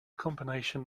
combination